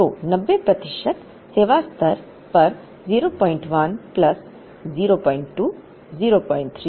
तो 90 प्रतिशत सेवा स्तर पर 01 प्लस 02 03 07 है